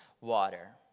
water